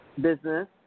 Business